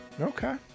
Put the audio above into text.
Okay